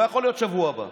זה לא יכול להיות בשבוע הבא.